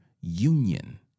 union